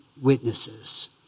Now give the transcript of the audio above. witnesses